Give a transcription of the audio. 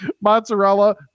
mozzarella